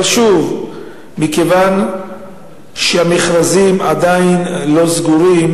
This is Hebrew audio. אבל שוב, מכיוון שהמכרזים עדיין לא סגורים,